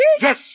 Yes